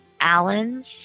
Allen's